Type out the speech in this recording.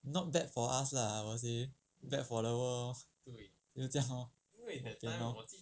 not bad for us lah I would say bad for the world 就是这样 loh then how